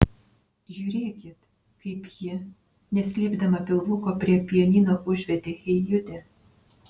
žiūrėkit kaip ji neslėpdama pilvuko prie pianino užvedė hey jude